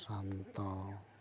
Prasanta